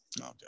Okay